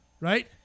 Right